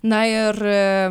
na ir